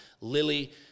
lily